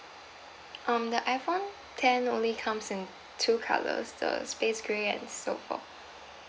um the iphone ten only comes in two colours the space grey and silver